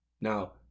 Now